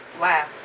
Wow